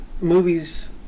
movies